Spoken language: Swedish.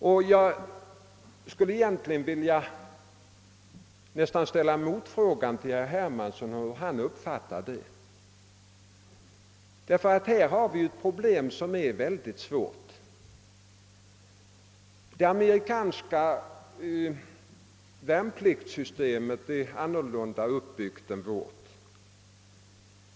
Jag skulle nästan vilja ställa en motfråga till herr Hermansson om hur han uppfattar det. Detta problem är nämligen oerhört svårt. Det amerikanska värnpliktssystemet är annorlunda uppbyggt än vårt.